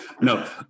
No